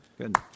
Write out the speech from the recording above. Good